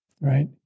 Right